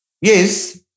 Yes